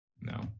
No